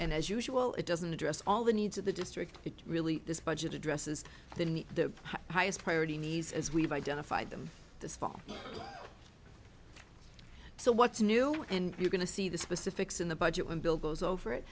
and as usual it doesn't address all the needs of the district it really this budget addresses the need the highest priority needs as we've identified them this fall so what's new and you're going to see the specifics in the budget when bill goes over it